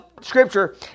scripture